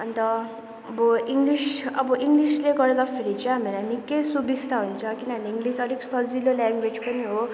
अन्त अब इङ्लिस अब इङ्लिसले गर्दाफेरि चाहिँ हामीलाई निक्कै सुबिस्ता हुन्छ किनभने इङ्लिस अलिक सजिलो ल्याङ्ग्वेज पनि हो